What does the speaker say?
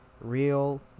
real